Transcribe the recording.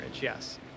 yes